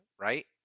right